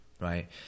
right